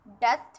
death